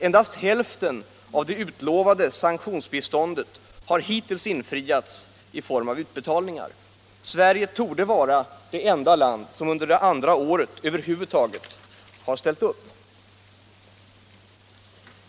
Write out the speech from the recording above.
Endast hälften av det utlovade sanktionsbiståndet har hittills lämnats i form av utbetalningar. Sverige torde vara det enda land som under andra året över huvud taget har ställt upp.